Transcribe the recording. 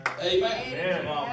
Amen